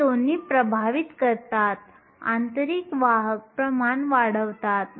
हे दोन्ही प्रभावित करतात आंतरिक वाहक प्रमाण वाढवतात